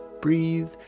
breathe